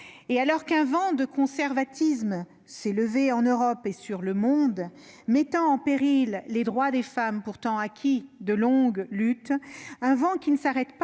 Alors qu'un vent de conservatisme s'est levé sur l'Europe et sur le monde, mettant en péril les droits des femmes, pourtant conquis de haute lutte- un vent qui ne s'arrête pas